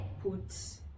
put